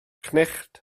cnicht